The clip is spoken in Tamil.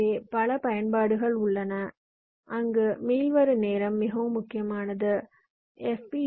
எனவே பல பயன்பாடுகள் உள்ளன அங்கு மீள்வரு நேரம் மிகவும் முக்கியமானது எஃப்